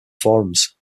forums